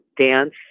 dance